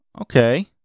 Okay